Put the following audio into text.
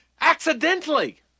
accidentally